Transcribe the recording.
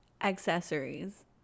Accessories